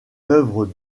œuvre